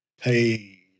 Hey